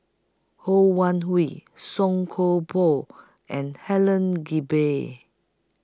Ho Wan Hui Song Koon Poh and Helen Gilbey